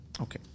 Okay